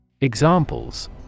Examples